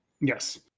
Yes